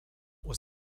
was